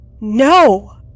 No